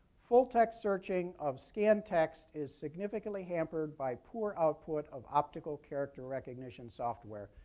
full-text searching of scanned text is significantly hampered by poor output of optical character recognition software.